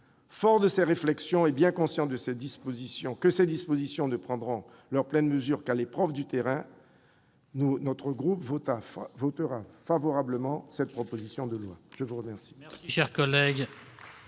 Fort de ces réflexions et bien conscient que ces dispositions ne prendront leur pleine mesure qu'à l'épreuve du terrain, notre groupe votera en faveur de l'adoption de cette proposition de loi